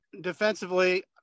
defensively